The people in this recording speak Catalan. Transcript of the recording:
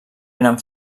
eren